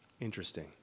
Interesting